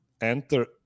enter